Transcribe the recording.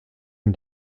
ihm